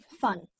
fun